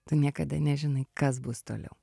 tu niekada nežinai kas bus toliau